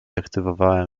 aktywowałem